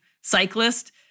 cyclist